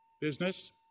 business